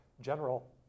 General